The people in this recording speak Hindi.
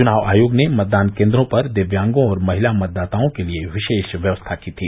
चुनाव आयोग ने मतदान केन्द्रों पर दिव्यांगों और महिला मतदातओं के लिये विशेष व्यवस्था की थी